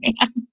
man